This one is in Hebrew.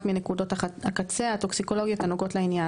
מנקודות הקצה (Endpoints) הטוקסיקולוגיות הנוגעות לעניין,